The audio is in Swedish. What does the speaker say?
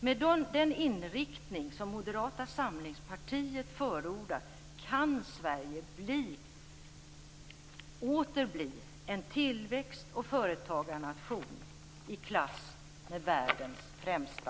Med den inriktning som Moderata samlingspartiet förordar kan Sverige åter bli en tillväxt och företagarnation i klass med världens främsta.